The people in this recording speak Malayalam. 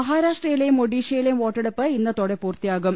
മഹാരാഷ്ട്രയിലെയും ഒഡീഷയിലെയും വോട്ടെടുപ്പ് ഇന്ന ത്തോടെ പൂർത്തിയാകും